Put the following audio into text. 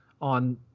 on